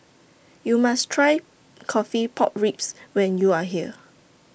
YOU must Try Coffee Pork Ribs when YOU Are here